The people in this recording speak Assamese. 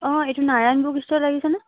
অঁ এইটো নাৰায়ন বুক ষ্টল লাগিছেনে